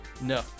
No